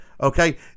Okay